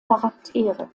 charaktere